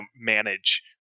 manage